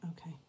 Okay